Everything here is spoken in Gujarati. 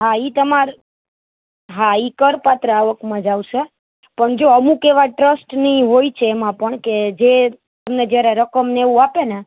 હા એ તમારા હા એ કરપાત્ર આવકમાં જ આવશે પણ જો અમુક એવાં ટ્રસ્ટની હોય છે એમાં પણ કે જે તમને જ્યારે રકમ ને એવું આપે ને